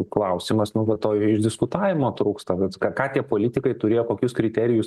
klausimas nu vat to išdiskutavimo trūksta vat ką ką tie politikai turėjo kokius kriterijus